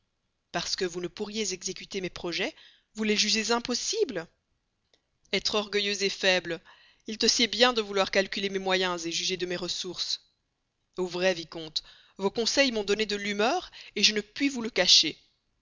parce que vous ne pourriez exécuter mes projets vous les jugez impossibles etre orgueilleux faible il te sied bien de vouloir calculer mes moyens juger de mes ressources au vrai vicomte vos conseils m'ont donné de l'humeur je ne puis vous le cacher